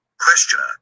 Questioner